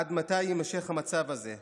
עד מתי יימשך המצב הזה?